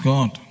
God